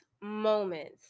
moments